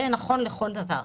זה נכון לכל דבר.